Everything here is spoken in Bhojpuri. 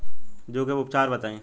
जूं के उपचार बताई?